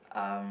um